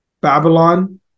Babylon